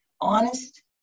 honest